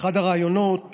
באחד הראיונות